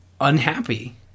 unhappy